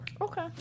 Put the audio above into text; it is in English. Okay